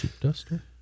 Duster